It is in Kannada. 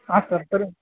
ಹಾಂ ಸರ್ ಸರ್